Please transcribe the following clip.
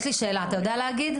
אתה יודע להגיד?